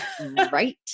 Right